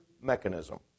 mechanism